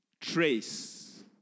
Trace